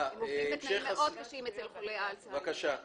מניסיון שלי, כי חולי אלצהיימר לא